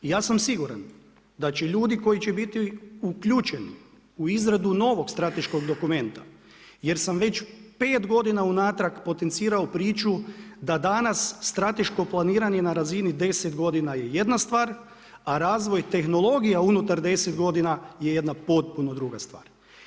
I ja sam siguran da će ljudi koji će biti uključeni u izradu novog strateškog dokumenta, jer sam već pet godina unatrag potencirao priču da danas strateško planiranje na razini deset godina je jedna stvar, a razvoj tehnologija unutar deset godina je jedna potpuno druga stvar.